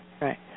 Right